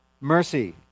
mercy